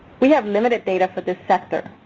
we have limited data for this sector.